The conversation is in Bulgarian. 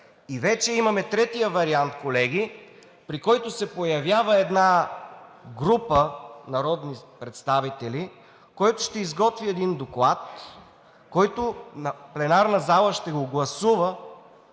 Вече имате и трети вариант, колеги, при който се появява една група народни представители, които ще изготвят един доклад, който ще се гласува